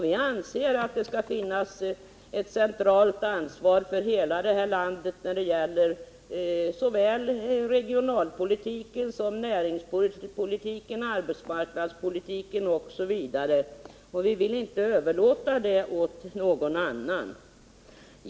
Vi anser att det skall finnas ett centralt ansvar för hela det här landet när det gäller såväl regionalpolitik som näringspolitik, arbetsmarknadspolitik etc. Vi vill inte överlåta det ansvaret på någon annan.